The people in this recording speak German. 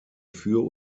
für